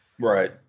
Right